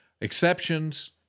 Exceptions